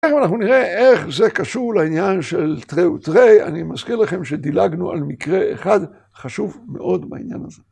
עכשיו אנחנו נראה איך זה קשור לעניין של תרי ותרי. אני מזכיר לכם שדילגנו על מקרה אחד חשוב מאוד בעניין הזה.